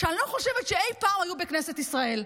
שאני לא חושבת שאי פעם היו בכנסת ישראל.